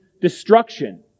destruction